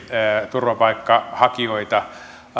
turvapaikanhakijoita